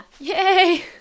Yay